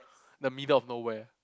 the middle of nowhere